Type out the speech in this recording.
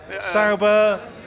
Sauber